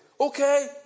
okay